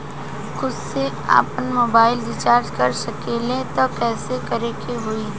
खुद से आपनमोबाइल रीचार्ज कर सकिले त कइसे करे के होई?